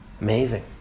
Amazing